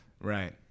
right